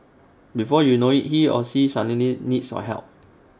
before you know IT he or she suddenly needs your help